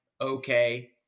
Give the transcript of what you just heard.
Okay